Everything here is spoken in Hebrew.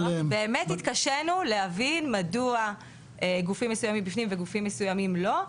באמת התקשינו להבין מדוע גופים מסוימים בפנים וגופים מסוימים לא.